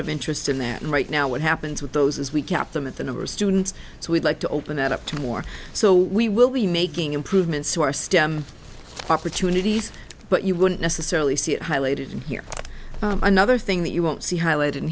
of interest in that right now what happens with those as we kept them at the number of students so we'd like to open that up to more so we will be making improvements to our stem opportunities but you wouldn't necessarily see it highlighted here another thing that you won't see highlighted in